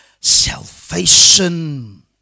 salvation